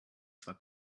zwar